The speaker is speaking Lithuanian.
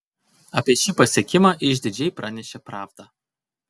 apie šį pasiekimą išdidžiai pranešė pravda